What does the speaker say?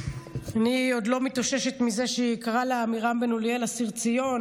אני עוד לא מתאוששת מזה שהיא קראה לעמירם בן אוליאל "אסיר ציון",